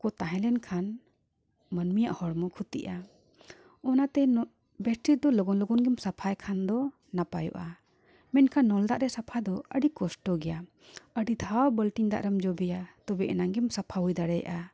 ᱠᱚ ᱛᱟᱦᱮᱸ ᱞᱮᱱᱠᱷᱟᱱ ᱢᱟᱹᱱᱢᱤᱭᱟᱜ ᱦᱚᱲᱢᱚ ᱠᱷᱚᱛᱤᱜᱼᱟ ᱚᱱᱟᱛᱮ ᱵᱮᱰᱥᱤᱴ ᱫᱚ ᱞᱚᱜᱚᱱ ᱞᱚᱜᱚᱱ ᱜᱮᱢ ᱥᱟᱯᱷᱟᱭ ᱠᱷᱟᱱ ᱫᱚ ᱱᱟᱯᱟᱭᱚᱜᱼᱟ ᱢᱮᱱᱠᱷᱟᱱ ᱱᱚᱞ ᱫᱟᱜ ᱨᱮ ᱥᱟᱯᱷᱟ ᱫᱚ ᱟᱹᱰᱤ ᱠᱚᱥᱴᱚ ᱜᱮᱭᱟ ᱟᱹᱰᱤ ᱫᱷᱟᱣ ᱵᱟᱞᱛᱤ ᱫᱟᱜ ᱨᱮᱢ ᱡᱚᱵᱮᱭᱟ ᱛᱚᱵᱮ ᱮᱱᱟᱝ ᱜᱮᱢ ᱥᱟᱯᱷᱟ ᱦᱩᱭ ᱫᱟᱲᱮᱭᱟᱜᱼᱟ